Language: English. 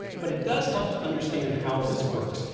but it does help to understand how this works.